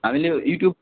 हामीले युट्युब